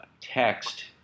text